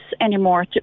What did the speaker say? anymore